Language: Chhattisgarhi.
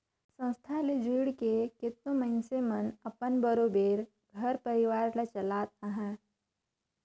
संस्था ले जुइड़ के केतनो मइनसे मन अपन बरोबेर घर परिवार ल चलात अहें